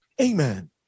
Amen